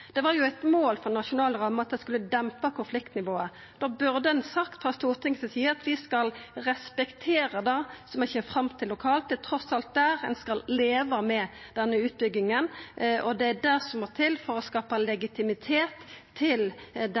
Det var jo eit mål for nasjonal ramme at det skulle dempa konfliktnivået. Da burde ein sagt frå Stortinget si side at vi skal respektera det som ein kjem fram til lokalt. Det er trass alt der ein skal leva med denne utbygginga, og det er det som må til for å skapa legitimitet til